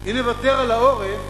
אם נוותר על העורף,